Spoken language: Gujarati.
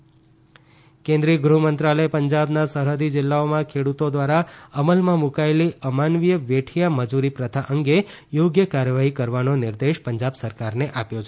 ગૃહમંત્રાલય પંજાબ કેન્દ્રિય ગૃહમંત્રાલયે પંજાબના સરહદી જીલ્લાઓમાં ખેડૂતો દ્વારા અમલમાં મુકાયેલી અમાનવીય વેઠીયા મજૂરી પ્રથા અંગે યોગ્ય કાર્યવાહી કરવાનો નિર્દેશ પંજાબ સરકારને આપ્યો છે